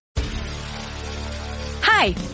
Hi